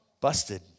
busted